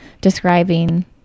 describing